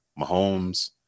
Mahomes